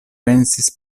pensis